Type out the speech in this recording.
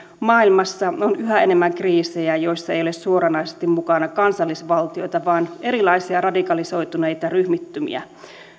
maailmassa on yhä enemmän kriisejä joissa ei ole suoranaisesti mukana kansallisvaltioita vaan erilaisia radikalisoituneita ryhmittymiä